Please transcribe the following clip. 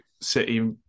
City